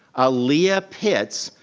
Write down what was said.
aliyah pits,